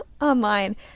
online